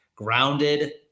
grounded